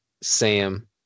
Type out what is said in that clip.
Sam